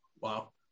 Wow